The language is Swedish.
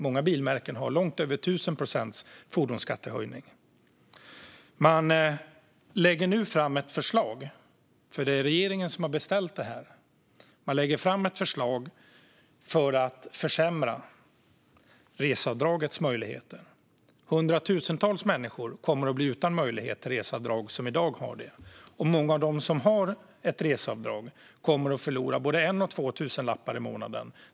Många bilmärken har långt över 1 000 procents fordonsskattehöjning. Den utredning som regeringen har beställt lägger nu fram ett förslag som försämrar möjligheten att få reseavdrag. Hundratusentals människor som i dag har reseavdrag kommer att bli utan, och många som har reseavdrag kommer att förlora både en och två tusenlappar i månaden.